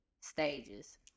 stages